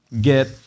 get